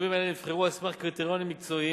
היישובים האלה נבחרו על סמך קריטריונים מקצועיים,